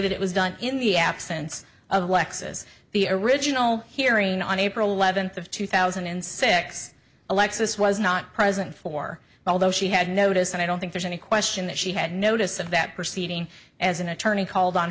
that it was done in the absence of lexus the original hearing on april eleventh of two thousand and six alexis was not present for although she had notice and i don't think there's any question that she had notice of that proceeding as an attorney called on